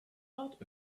not